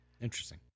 Interesting